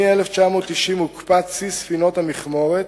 מ-1990 הוקפא צי ספינות המכמורת,